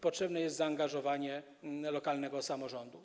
Potrzebne jest zaangażowanie lokalnego samorządu.